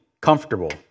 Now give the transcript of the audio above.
comfortable